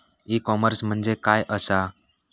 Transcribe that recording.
E commerce म्हणजे काय असा?